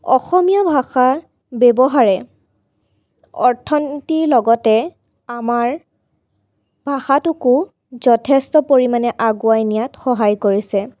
অসমীয়া ভাষা ব্যৱহাৰে অৰ্থনীতিৰ লগতে আমাৰ ভাষাটোকো যথেষ্ট পৰিমাণে আগুৱাই নিয়াত সহায় কৰিছে